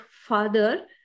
father